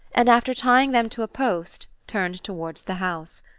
and after tying them to a post turned toward the house.